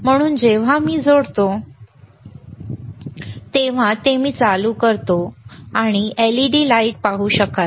म्हणून जेव्हा मी ते जोडतो आणि मी ते चालू करतो तेव्हा तुम्ही हा LED लाइट पाहू शकाल